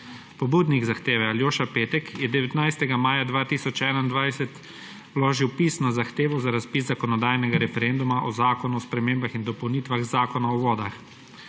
Pobudnik zahteve Aljoša Petek je 19. maja 2021 vložil pisno zahtevo za razpis zakonodajnega referenduma o Zakonu o spremembah in dopolnitvah Zakona o vodah.